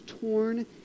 torn